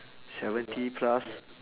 seventy plus